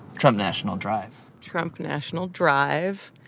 trump national drive trump national drive.